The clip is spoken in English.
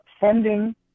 funding